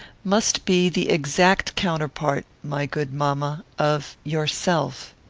must be the exact counterpart, my good mamma of yourself.